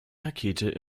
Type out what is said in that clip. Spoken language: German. rakete